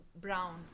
brown